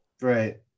Right